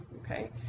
Okay